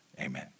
Amen